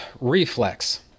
reflex